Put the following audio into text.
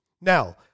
Now